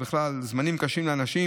ובכלל זמנים קשים לאנשים,